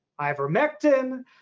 ivermectin